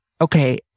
Okay